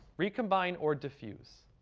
recombine or diffuse.